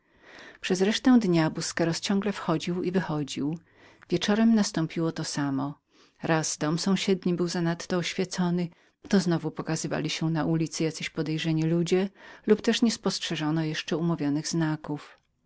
przez resztę dnia busqueros ciągle wchodził i wychodził wieczorem nastąpiły te same obroty raz dom sąsiedni był za nadto oświecony to znowu pokazywali się na ulicy jacyś podejrzani ludzie lub nie spostrzeżono umówionych znaków